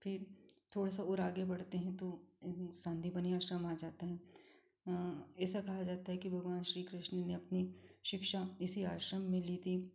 फिर थोड़ा सा और आगे बढ़ते हैं तो सांदीपनि आश्रम आ जाता है ऐसा कहा जाता है कि भगवान श्री कृष्ण ने अपनी शिक्षा इसी आश्रम में ली थी